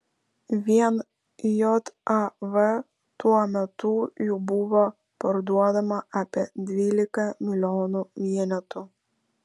vien jav tuo metu jų buvo parduodama apie dvylika milijonų vienetų